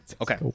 Okay